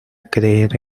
creer